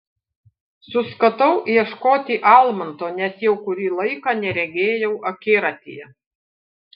suskatau ieškoti almanto nes jau kurį laiką neregėjau akiratyje